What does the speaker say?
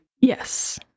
yes